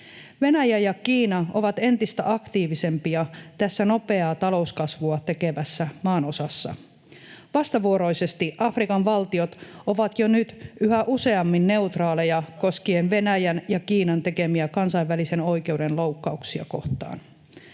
Venäjä ja Kiina ovat entistä aktiivisempia tässä nopeaa talouskasvua tekevässä maanosassa. Vastavuoroisesti Afrikan valtiot ovat jo nyt yhä useammin neutraaleja Venäjän ja Kiinan tekemiä kansainvälisen oikeuden loukkauksia kohtaan.